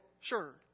Sure